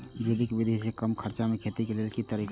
जैविक विधि से कम खर्चा में खेती के लेल तरीका?